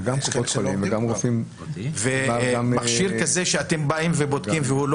נניח מכשיר כזה שאתם באים ובודקים והוא לא